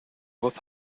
voz